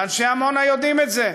ואנשי עמונה יודעים את זה,